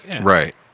right